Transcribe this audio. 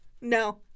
No